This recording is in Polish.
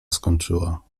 skończyła